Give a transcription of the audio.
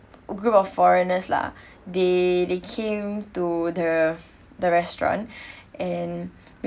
group of foreigners lah they they came to the the restaurant and